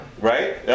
Right